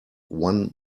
one